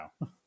now